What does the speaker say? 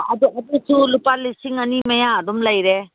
ꯑꯗꯣ ꯑꯗꯨꯁꯨ ꯂꯨꯄꯥ ꯂꯤꯁꯤꯡ ꯑꯅꯤ ꯃꯌꯥ ꯑꯗꯨꯝ ꯂꯩꯔꯦ